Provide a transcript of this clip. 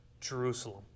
Jerusalem